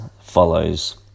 follows